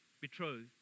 betrothed